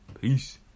Peace